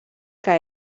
que